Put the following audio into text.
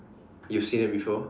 you've seen it before